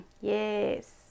Yes